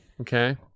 Okay